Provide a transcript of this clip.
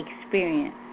experience